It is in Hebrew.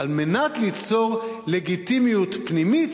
על מנת ליצור לגיטימיות פנימית,